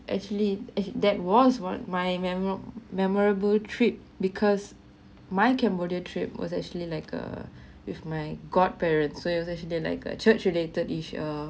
actually that was one my memorable memorable trip because my cambodia trip was actually like err with my god parents so it was like a church related each ah